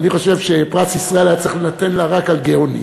אני חושב שפרס ישראל היה צריך להינתן לה רק על "גיא אוני".